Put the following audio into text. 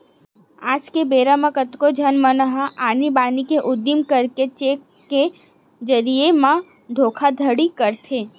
आज के बेरा म कतको झन मन ह आनी बानी के उदिम करके चेक के जरिए म धोखाघड़ी करथे